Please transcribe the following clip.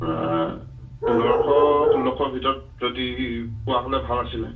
পোন্ধৰশ ষোল্লশৰ ভিতৰত যদি পোৱা হ'লে ভাল আছিলে